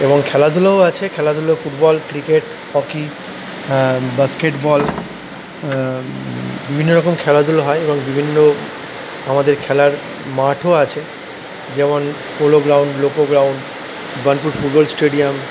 এবং খেলাধুলাও আছে খেলাধুলো football cricket hockey basketball বিভিন্নরকম খেলাধুলো হয় এবং বিভিন্ন আমাদের খেলার মাঠও আছে যেমন polo ground loco ground Burnpur football stadium